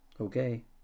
okay